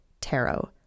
tarot